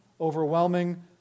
overwhelming